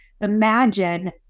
imagine